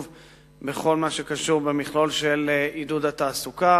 בכל מה שקשור למכלול של עידוד התעסוקה.